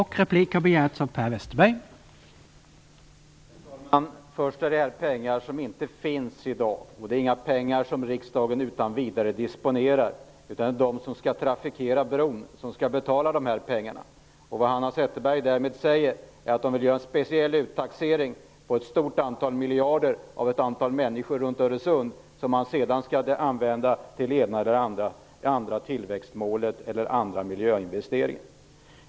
Herr talman! Det gäller pengar som inte finns i dag. Det är inga pengar som riksdagen utan vidare disponerar, utan det är de som skall trafikera bron som skall betala. Vad Hanna Zetterberg med andra ord säger är att hon vill göra en speciell uttaxering på ett stort antal miljarder av ett antal människor runt Öresund. Pengarna skall sedan användas till det ena eller det andra tillväxtmålet eller till miljöinvesteringar.